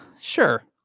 Sure